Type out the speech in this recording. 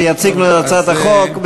שיציג לנו את הצעת החוק,